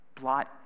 blot